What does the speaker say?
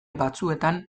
batzuetan